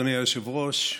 אדוני היושב-ראש,